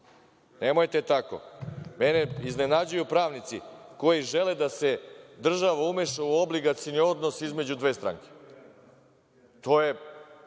Nemojte tako. Mene iznenađuju pravnici koji žele da se država umeša u obligacioni odnos između dve stranke. Što ne